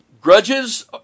grudges